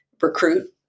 recruit